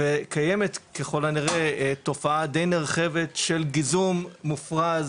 קיימת ככל הנראה תופעה דיי נרחבת של גיזום מופרז,